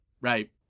Right